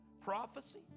prophecy